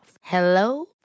Hello